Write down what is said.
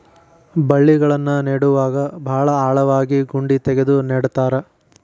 ಬಳ್ಳಿಗಳನ್ನ ನೇಡುವಾಗ ಭಾಳ ಆಳವಾಗಿ ಗುಂಡಿ ತಗದು ನೆಡತಾರ